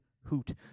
hoot